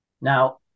Now